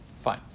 Fine